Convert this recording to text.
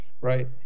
right